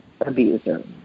abuser